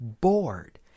bored